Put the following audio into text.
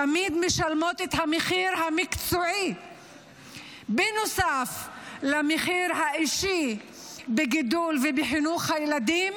תמיד משלמות את המחיר המקצועי בנוסף למחיר האישי בגידול ובחינוך הילדים,